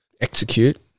execute